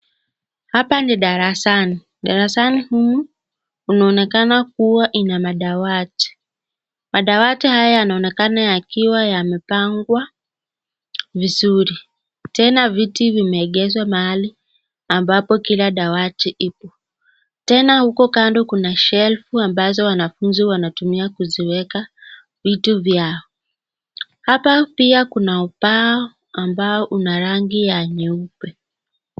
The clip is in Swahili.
Hapa ni darasani. Darasani humu unaonekana kuwa ina madawati. Madawati haya yanaonekana yakiwa yamepangwa vizuri. Tena viti vimegezwa mahali ambapo kila dawati ipo. Tena huko kando kuna shelfu ambazo wanafunzi wanatumia kuziweka vitu vyao. Hapa pia kuna ubao ambao una rangi ya nyeupe.